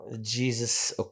Jesus